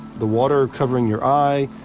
the water covering your eye,